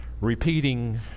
repeating